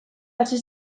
hasi